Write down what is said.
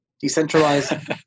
decentralized